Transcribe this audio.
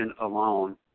alone